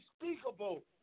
unspeakable